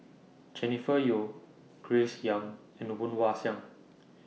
Jennifer Yeo Grace Young and Woon Wah Siang